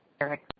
Eric